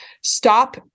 stop